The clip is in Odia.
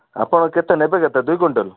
ଆପଣ କେତେ ନେବେ କେତେ ଦୁଇ କୁଇଣ୍ଟାଲ୍